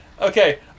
okay